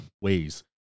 ways